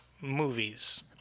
movies